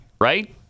right